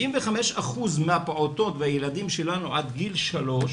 75% מהפעוטות והילדים שלנו עד גיל שלוש,